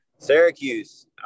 Syracuse